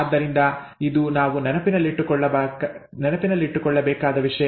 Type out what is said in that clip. ಆದ್ದರಿಂದ ಇದು ನಾವು ನೆನಪಿನಲ್ಲಿಟ್ಟುಕೊಳ್ಳಬೇಕಾದ ವಿಷಯ